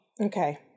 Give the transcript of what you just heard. Okay